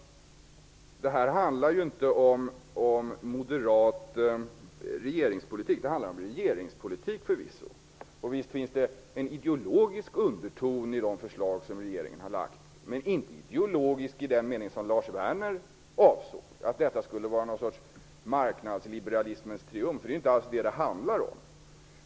Detta handlar inte om moderat regeringspolitik. Förvisso handlar det om regeringspolitik, och visst finns det en ideologisk underton i det förslag som regeringen har lagt fram. Men förslaget är inte ideologiskt i den meningen som Lars Werner ansåg, att detta skulle vara någon sorts marknadsliberalismens triumf. Det är inte alls vad det handlar om.